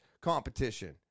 competition